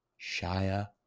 Shia